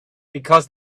because